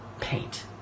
paint